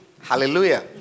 Hallelujah